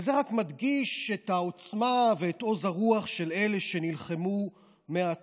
וזה רק מדגיש את העוצמה ואת עוז הרוח של אלה שנלחמו מההתחלה.